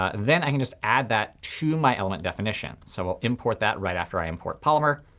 ah then i can just add that to my element definition. so we'll import that right after i import polymer.